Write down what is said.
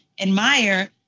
admire